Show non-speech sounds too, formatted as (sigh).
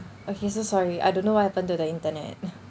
okay so sorry I don't know what happen to the internet (laughs)